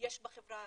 יש בחברה הערבית,